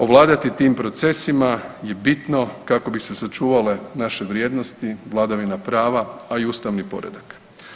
Ovladati tim procesima je bitno kako bi se sačuvale naše vrijednosti, vladavina prava a i ustavni poredak.